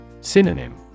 Synonym